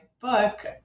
book